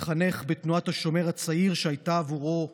התחנך בתנועת השומר הצעיר, שהייתה עבורו בית,